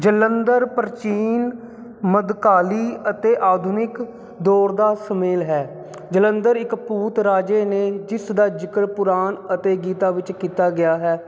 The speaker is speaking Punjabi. ਜਲੰਧਰ ਪ੍ਰਾਚੀਨ ਮੱਧਕਾਲੀ ਅਤੇ ਆਧੁਨਿਕ ਦੌਰ ਦਾ ਸੁਮੇਲ ਹੈ ਜਲੰਧਰ ਇੱਕ ਪੂਤ ਰਾਜੇ ਨੇ ਜਿਸ ਦਾ ਜਿਕਰ ਕੁਰਾਨ ਅਤੇ ਗੀਤਾ ਵਿੱਚ ਕੀਤਾ ਗਿਆ ਹੈ